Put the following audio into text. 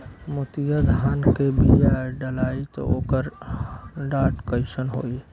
मोतिया धान क बिया डलाईत ओकर डाठ कइसन होइ?